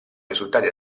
risultati